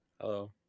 hello